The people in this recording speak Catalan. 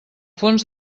fons